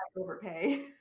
overpay